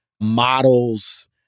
models